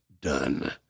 done